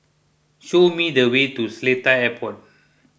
show me the way to Seletar Airport